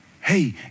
Hey